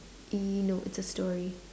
uh no just a story